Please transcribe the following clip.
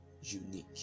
unique